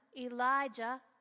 Elijah